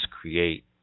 create